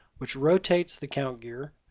which rotates the count gear,